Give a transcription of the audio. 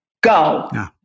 Go